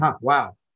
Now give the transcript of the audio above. wow